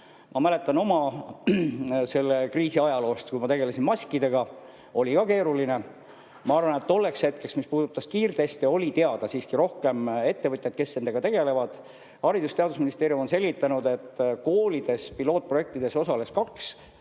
mäletan oma [tööst] selle kriisi ajaloos, kui tegelesin maskidega, et see oli ka keeruline. Ma arvan, et tolleks hetkeks, mis puudutas kiirteste, oli teada siiski rohkem ettevõtjaid, kes nendega tegelevad. Haridus‑ ja Teadusministeerium on selgitanud, et koolides pilootprojektides osales